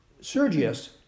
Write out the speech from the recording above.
Sergius